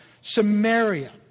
Samaria